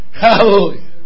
Hallelujah